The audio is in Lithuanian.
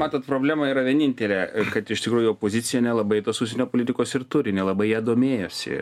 matot problema yra vienintelė kad iš tikrųjų opozicija nelabai tos užsienio politikos ir turi nelabai ja domėjosi